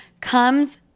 comes